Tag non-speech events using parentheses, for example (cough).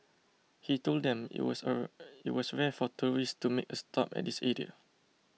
he told them it was (unintelligible) it was rare for tourists to make a stop at this area